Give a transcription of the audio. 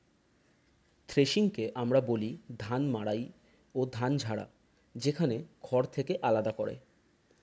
থ্রেশিংকে আমরা বলি ধান মাড়াই ও ধান ঝাড়া, যেখানে খড় থেকে আলাদা করে